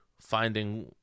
finding